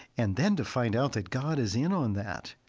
and then to find out that god is in on that,